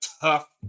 tough